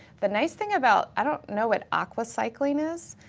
the nice thing about, i don't know what aqua-cycling is,